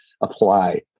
apply